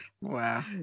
wow